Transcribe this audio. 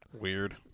Weird